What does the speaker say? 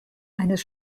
eines